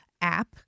app